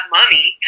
money